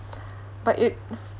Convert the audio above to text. but it